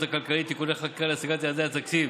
הכלכלית (תיקוני חקיקה להשגת יעדי התקציב